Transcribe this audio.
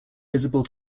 visible